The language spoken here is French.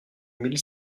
mille